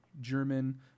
German